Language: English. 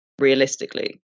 realistically